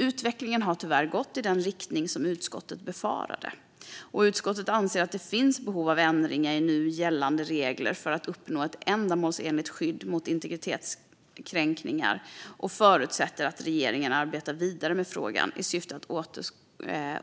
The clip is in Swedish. Utvecklingen har tyvärr gått i den riktning som utskottet befarade. Utskottet anser att det finns behov av ändringar i nu gällande regler för att uppnå ett ändamålsenligt skydd mot integritetskränkningar och förutsätter att regeringen arbetar vidare med frågan i syfte att